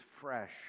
fresh